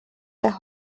der